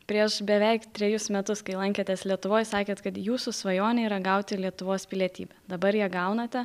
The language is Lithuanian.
prieš beveik trejus metus kai lankėtės lietuvoj sakėt kad jūsų svajonė yra gauti lietuvos pilietybę dabar ją gaunate